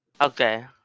okay